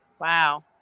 Wow